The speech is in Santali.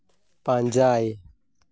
ᱯᱟᱸᱡᱟᱭ